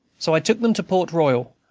so i took them to port royal,